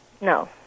No